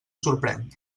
sorprèn